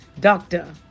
Doctor